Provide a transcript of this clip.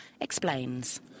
explains